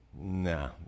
Nah